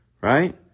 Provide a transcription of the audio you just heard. Right